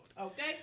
Okay